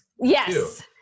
Yes